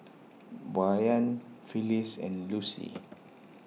Brayan Phyliss and Lucy